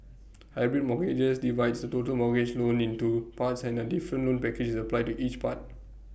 hybrid mortgages divides total mortgage loan into parts and A different loan package is applied to each part